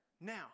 Now